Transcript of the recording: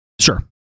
sure